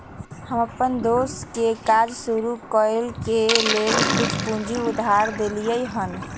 हम अप्पन दोस के काज शुरू करए के लेल कुछ पूजी उधार में देलियइ हन